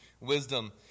wisdom